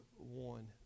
one